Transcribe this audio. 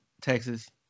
Texas